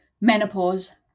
menopause